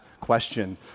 question